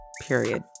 period